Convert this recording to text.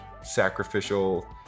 sacrificial